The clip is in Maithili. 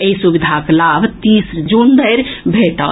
एहि सुविधाक लाभ तीस जून धरि भेटत